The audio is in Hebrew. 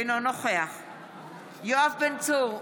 אינו נוכח יואב בן צור,